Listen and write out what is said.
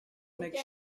make